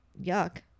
yuck